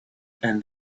and